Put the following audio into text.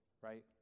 right